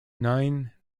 nine